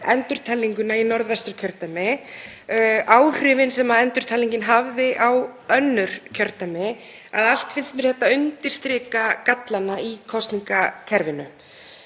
endurtalninguna í Norðvesturkjördæmi, áhrifin sem endurtalningin hafði á önnur kjördæmi, allt finnst mér þetta undirstrika gallana í kosningakerfinu.